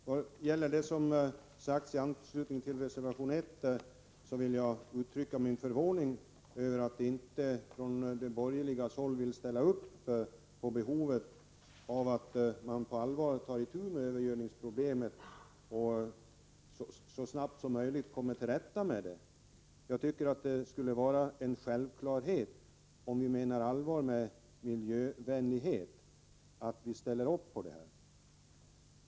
Herr talman! Vad gäller det som sagts i anslutning till reservation 1 vill jag uttrycka min förvåning över att inte någon från borgerligt håll vill erkänna behovet av att man på allvar tar itu med övergödningsproblemet för att så snabbt som möjligt komma till rätta med det. Om ni menar allvar med er miljövänlighet, borde det vara en självklarhet för er att ställa upp på regeringsförslaget.